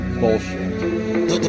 bullshit